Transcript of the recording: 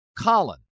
Colin